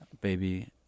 Baby